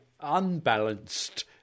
unbalanced